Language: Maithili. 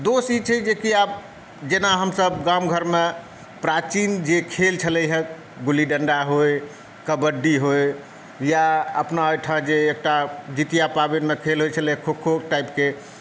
दोष ई छै जे कि आब जेना हमसभ गाम घरमे प्राचीन जे खेल छलै हँ गुल्ली डंडा होइ कबड्डी होइ या अपना एहिठाम जे एकटा जितिया पाबनिमे खेल होइ छलै खो खो टाइपके